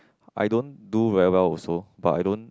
I don't do very well also but I don't